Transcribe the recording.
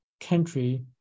country